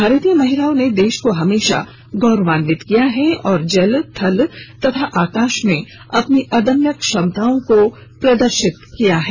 भारतीय महिलाओं ने देश को हमेशा गौरवान्वित किया है और जल थल तथा आकाश में अपनी अदम्य क्षमताओं को प्रदर्शित किया है